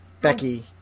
Becky